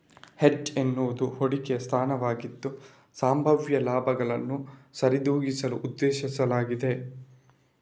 hedge ಎನ್ನುವುದು ಹೂಡಿಕೆಯ ಸ್ಥಾನವಾಗಿದ್ದು, ಸಂಭಾವ್ಯ ಲಾಭಗಳನ್ನು ಸರಿದೂಗಿಸಲು ಉದ್ದೇಶಿಸಲಾಗಿದೆ